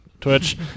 Twitch